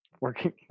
working